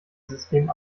system